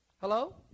Hello